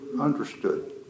understood